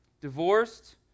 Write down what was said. divorced